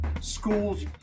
schools